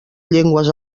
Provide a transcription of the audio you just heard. llengües